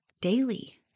daily